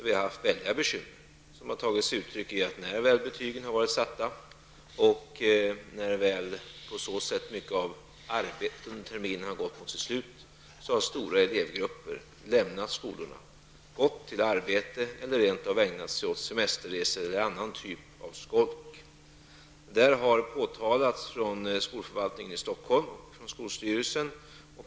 Vi har haft väldiga bekymmer som har tagit sig uttryck i att när väl betygen har varit satta och när väl på så sätt mycket av arbetet under terminen har gått mot sitt slut har stora elevgrupper lämnat skolan, gått till arbete eller rent av ägnat sig åt semesterresor eller någon annan typ av skolk. Det har påtalats av skolförvaltningen i Stockholm och skolstyrelsen.